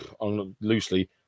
loosely